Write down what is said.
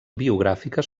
biogràfiques